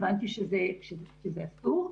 הבנתי שזה אסור.